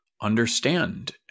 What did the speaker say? understand